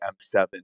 M7